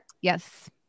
Yes